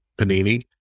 panini